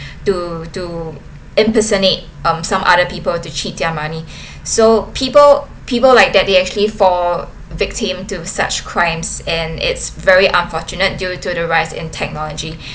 to to impersonate um some other people to cheat their money so people people like that they actually fall victim to such crimes and it's very unfortunate due to the rise in technology